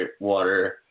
water